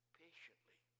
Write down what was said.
patiently